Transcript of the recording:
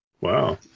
Wow